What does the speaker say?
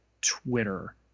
Twitter